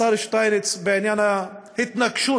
השר שטייניץ, בעניין ההתנגשות